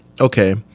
okay